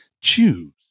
Choose